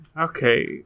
Okay